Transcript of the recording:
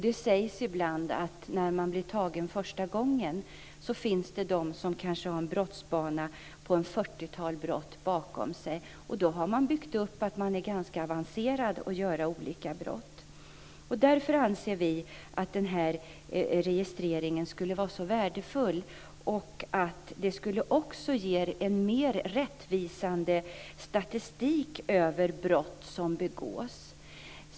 Det sägs ibland att de som blir tagna första gången kan ha en brottsbana med ett fyrtiotal brott bakom sig och har blivit ganska avancerade i att begå brott. Därför anser vi att en sådan här registrering skulle vara värdefull. Det skulle ge en mer rättvisande statistik över brott som begås.